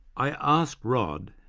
i asked rod,